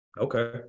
Okay